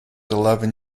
eleven